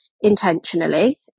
intentionally